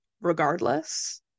regardless